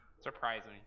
Surprising